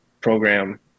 program